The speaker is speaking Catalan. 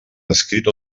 escrit